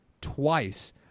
twice